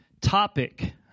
topic